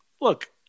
look